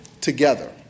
together